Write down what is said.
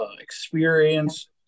experience